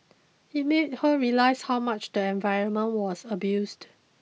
it made her realise how much the environment was abused